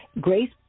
Grace